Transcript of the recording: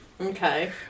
Okay